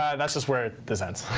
that's just where this ends.